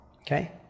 Okay